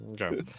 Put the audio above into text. okay